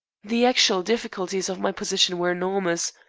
the actual difficulties of my position were enormous.